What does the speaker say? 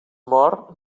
mort